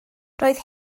roedd